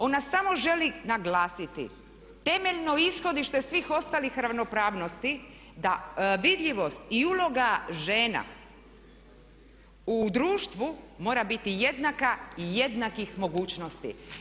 Ona samo želi naglasiti temeljno ishodište svih ostalih ravnopravnosti da vidljivost i uloga žena u društvu mora biti jednaka i jednakih mogućnosti.